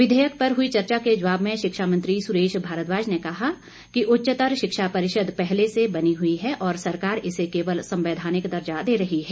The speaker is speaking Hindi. विधेयक पर हुई चर्चा के जवाब में शिक्षा मंत्री सुरेश भारद्वाज ने कहा कि ा उच्चतर शिक्षा परिषद पहले से बनी हुई है और सरकार इसे केवल संवैधानिक दर्जा दे रही है